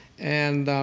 and